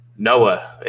Noah